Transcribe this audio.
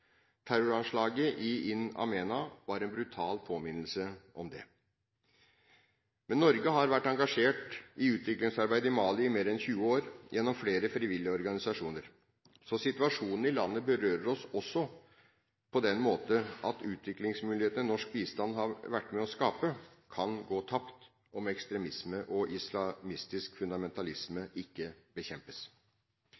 Terroranslaget i In Amenas var en brutal påminnelse om det. Norge har vært engasjert i utviklingsarbeid i Mali i mer enn 20 år, gjennom flere frivillige organisasjoner. Situasjonen i landet berører oss også på den måten at utviklingsmulighetene som norsk bistand har vært med på å skape, kan gå tapt, om ekstremisme og islamistisk fundamentalisme